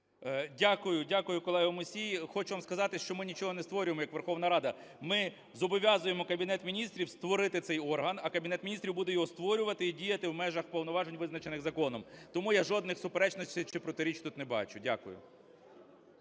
Дякую, дякую, колего Мусій. Хочу вам сказати, що ми нічого не створюємо як Верховна Рада. Ми зобов'язуємо Кабінет Міністрів створити цей орган, а Кабінет Міністрів буде його створювати і діяти в межах повноважень, визначених законом. Тому я жодних суперечностей чи протиріч тут не бачу. Дякую.